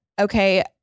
okay